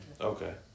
Okay